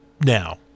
now